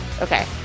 Okay